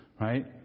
right